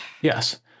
Yes